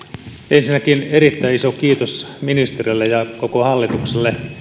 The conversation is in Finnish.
ensinnäkin erittäin iso kiitos ministerille ja koko hallitukselle